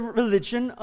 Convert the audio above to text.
religion